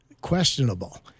questionable